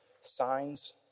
signs